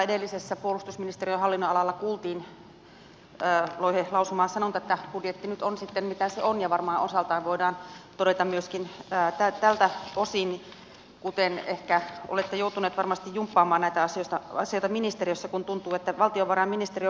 edellisessä kohdassa puolustusministeriön hallinnonalalla kuultiin loihe lausumaan sanonta että budjetti nyt on sitten mitä se on ja varmaan osaltaan voidaan todeta myöskin tältä osin kuten ehkä olette joutuneet varmasti jumppaamaan näitä asioita ministeriössä kun tuntuu että valtiovarainministeriö voittaa aina